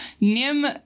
Nim